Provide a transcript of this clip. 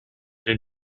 den